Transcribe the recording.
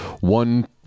one